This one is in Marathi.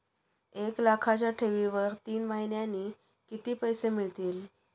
एक लाखाच्या ठेवीवर तीन महिन्यांनी किती पैसे मिळतील?